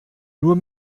nur